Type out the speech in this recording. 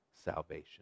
salvation